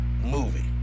movie